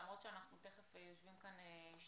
למרות שאנחנו תכף כבר יושבים פה שעתיים.